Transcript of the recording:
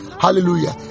Hallelujah